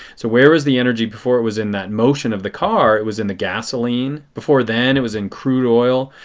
so where is the energy before it was in that motion of the car? car? it was in the gasoline. before then it was in crude oil.